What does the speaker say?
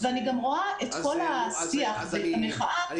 אני רואה את כל השיח והמחאה כהזדמנות.